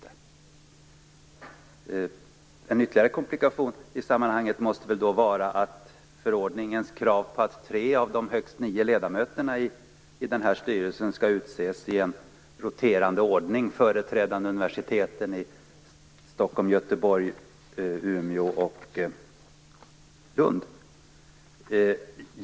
En ytterligare komplikation i sammanhanget måste vara förordningens krav på att tre av de högst nio ledamöterna i denna styrelse skall utses i en roterande ordning företrädande universiteten i Stockholm, Göteborg, Umeå och Lund.